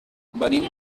venim